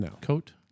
coat